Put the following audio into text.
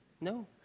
No